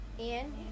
Ian